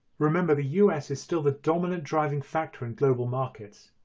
remember the us is still the dominant driving factor in global markets.